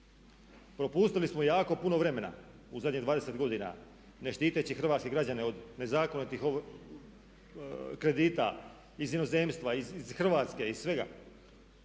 Propustili smo jako puno vremena u zadnjih 20 godina ne štiteći hrvatske građane od nezakonitih kredita iz inozemstva, iz Hrvatske iz svega.